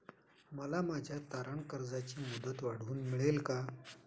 मला माझ्या तारण कर्जाची मुदत वाढवून मिळेल का?